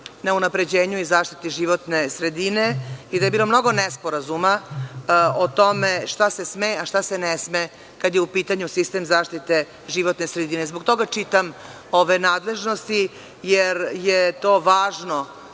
na unapređenju i zaštiti životne sredine i da je bilo mnogo nesporazuma o tome šta se sme, a šta se ne sme, kada je u pitanju sistem zaštite životne sredine. Zbog toga čitam ove nadležnosti, jer je to važno